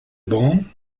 bon